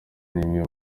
n’imwe